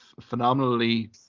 phenomenally